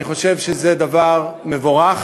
אני חושב שזה דבר מבורך.